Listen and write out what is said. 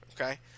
okay